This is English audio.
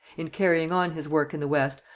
in carrying on his work in the west,